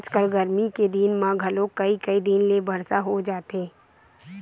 आजकल गरमी के दिन म घलोक कइ कई दिन ले बरसा हो जाथे